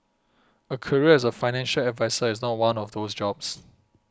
a career as a financial advisor is not one of those jobs